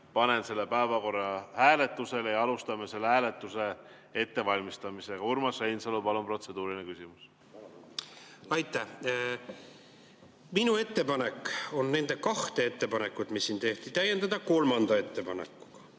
panen selle päevakorra hääletusele. Alustame hääletuse ettevalmistamist. Urmas Reinsalu, palun! Protseduuriline küsimus. Aitäh! Minu ettepanek on neid kahte ettepanekut, mis siin tehti, täiendada kolmanda ettepanekuga.